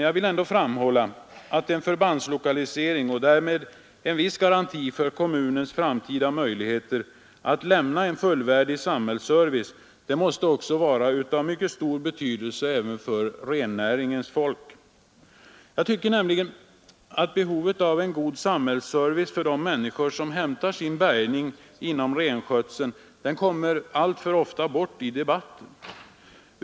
Jag vill ändå framhålla att en förbandslokalisering, och därmed en viss garanti för kommunens framtida möjligheter att lämna en fullvärdig samhällsservice, också måste vara av mycket stor betydelse för rennäringens folk. Jag tycker nämligen att behovet av en god samhällsservice för de människor som hämtar sin bärgning inom renskötseln alltför ofta kommer bort i debatten.